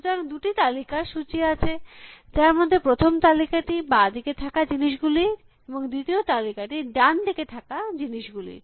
সুতরাং দুটি তালিকার সূচী আছে যার মধ্যে প্রথম তালিকাটি বাঁ দিকে থাকা জিনিস গুলির এবং দ্বিতীয় তালিকাটি ডান দিকে থাকা জিনিস গুলির